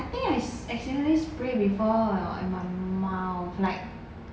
I think acc~ accidentally spray before in my mouth like